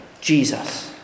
Jesus